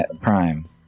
prime